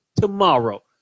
tomorrow